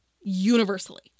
universally